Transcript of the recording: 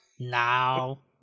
now